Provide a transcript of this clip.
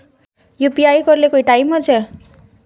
UPI करे ले कोई टाइम होचे?